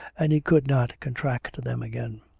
and he could not contract them again.